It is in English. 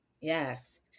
Yes